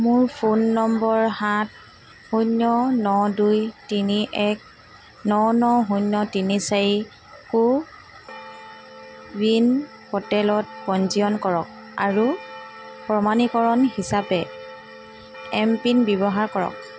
মোৰ phone number সাত শূন্য ন দুই তিনি এক ন ন শূন্য তিনি চাৰি কো ৱিন প'ৰ্টেলত পঞ্জীয়ন কৰক আৰু প্ৰমাণীকৰণ হিচাপে এম পিন ব্যৱহাৰ কৰক